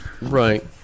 right